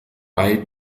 bei